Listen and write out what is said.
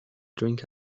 drink